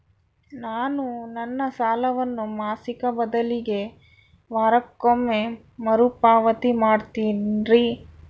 ನಾನು ನನ್ನ ಸಾಲವನ್ನು ಮಾಸಿಕ ಬದಲಿಗೆ ವಾರಕ್ಕೊಮ್ಮೆ ಮರುಪಾವತಿ ಮಾಡ್ತಿನ್ರಿ